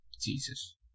Jesus